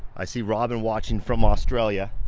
i see robin watching from australia.